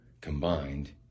combined